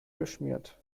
geschmiert